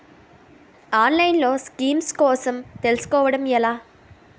ఆన్లైన్లో స్కీమ్స్ కోసం తెలుసుకోవడం ఎలా?